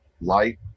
light